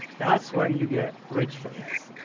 that's when you get rich from this.